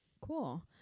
Cool